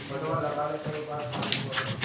पटवा लगाले कई बार पानी दुबा होबे?